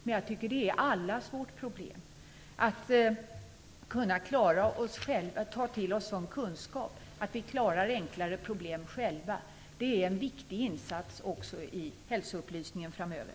Men jag tycker att det är allas vårt problem att ta till oss sådan kunskap att vi klarar enklare problem själva. Det är en viktig insats också i hälsoupplysningen framöver.